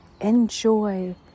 Enjoy